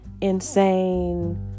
insane